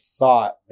thought